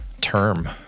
term